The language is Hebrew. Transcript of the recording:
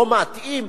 לא מתאים?